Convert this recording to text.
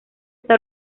está